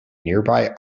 nearby